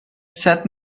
said